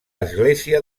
església